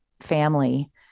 family